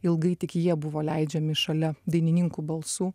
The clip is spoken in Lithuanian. ilgai tik jie buvo leidžiami šalia dainininkų balsų